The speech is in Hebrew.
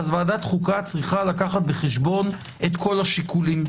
עליה לקחת בחשבון את כל השיקולים,